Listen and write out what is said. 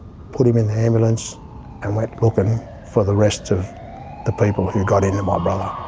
put him in the ambulance and went looking for the rest of the people who got into my but